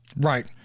Right